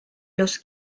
los